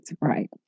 right